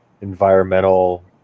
environmental